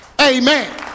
amen